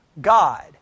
God